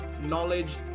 knowledge